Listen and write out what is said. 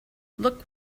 look